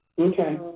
Okay